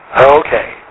Okay